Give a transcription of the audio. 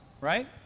right